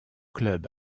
club